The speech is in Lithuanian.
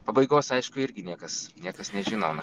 pabaigos aišku irgi niekas niekas nežino na